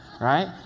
right